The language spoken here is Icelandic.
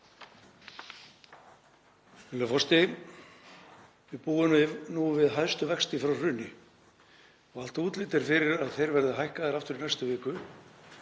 forseti. Við búum nú við hæstu vexti frá hruni og allt útlit er fyrir að þeir verði hækkaðir aftur í næstu viku